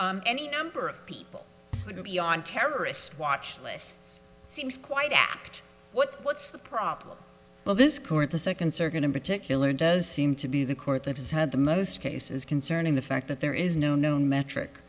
any number of people would be on terrorist watch lists seems quite apt what what's the problem well this court the second circuit in particular does seem to be the court that has had the most cases concerning the fact that there is no known metric